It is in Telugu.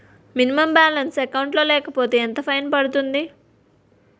మినిమం బాలన్స్ అకౌంట్ లో లేకపోతే ఎంత ఫైన్ పడుతుంది?